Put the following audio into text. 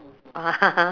ya